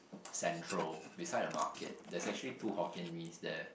central beside a market there's actually two Hokkien-Mees there